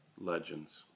Legends